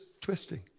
twisting